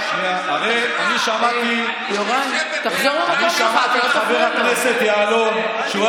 יוראי, תחזור למקום שלך, אתה לא תפריע לו.